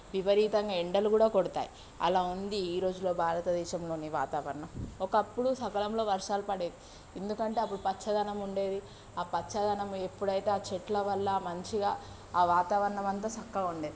విపరీతంగా ఎండలు కూడా కొడతాయి అలా ఉంది ఈ రోజుల్లో భారతదేశంలోని వాతావరణం ఒకప్పుడు సకాలంలో వర్షాలు పడేవి ఎందుకంటే అప్పుడు పచ్చదనం ఉండేది ఆ పచ్చదనం ఎప్పుడైతే ఆ చెట్ల వల్ల మంచిగా ఆ వాతావరణమంతా చక్కగా ఉండేను